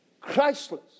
Christless